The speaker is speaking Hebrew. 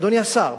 אדוני השר,